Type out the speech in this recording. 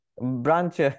branch